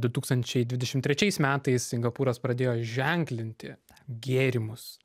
du tūkstančiai dvidešim trečiais metais singapūras pradėjo ženklinti gėrimus